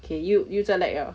K 又又在 lag liao